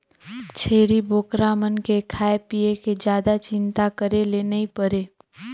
छेरी बोकरा मन के खाए पिए के जादा चिंता करे ले नइ परे